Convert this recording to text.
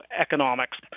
economics